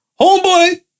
homeboy